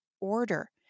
order